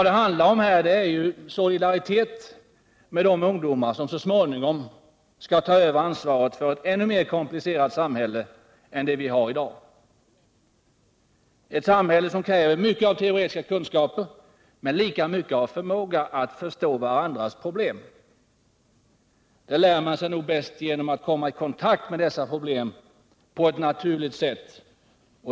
Det handlar om solidaritet med de ungdomar som så småningom skall ta över ansvaret för ett ännu mer komplicerat samhälle än det vi har i dag — ett samhälle som kräver mycket av teoretiska kunskaper men lika mycket av förmåga att förstå varandras problem. Detta lär man sig nog bäst genom att komma i kontakt med dessa problem på ett naturligt sätt.